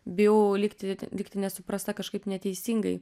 bijau likti likti nesuprasta kažkaip neteisingai